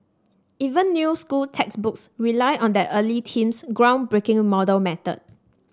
even new school textbooks rely on that early team's groundbreaking model method